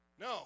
No